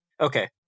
Okay